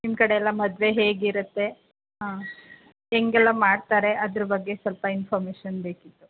ನಿಮ್ಮ ಕಡೆ ಎಲ್ಲ ಮದುವೆ ಹೇಗಿರುತ್ತೆ ಆಂ ಹೆಂಗೆಲ್ಲ ಮಾಡ್ತಾರೆ ಅದ್ರ ಬಗ್ಗೆ ಸ್ವಲ್ಪ ಇನ್ಫಾರ್ಮೇಷನ್ ಬೇಕಿತ್ತು